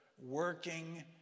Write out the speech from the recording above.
working